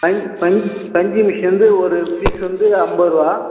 பஞ்சு மிஷின் வந்து ஒரு பீஸ் வந்து ஐம்பதுருவா